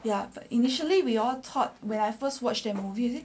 ya but initially we all thought when I first watch their movies